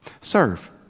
Serve